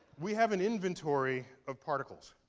we have an inventory of particles.